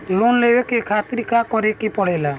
Loan लेवे के खातिर का करे के पड़ेला?